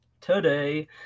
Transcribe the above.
Today